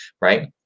right